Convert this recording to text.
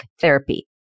therapy